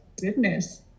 goodness